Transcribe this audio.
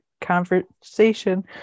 conversation